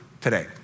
today